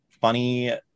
Funny